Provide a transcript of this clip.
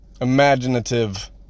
imaginative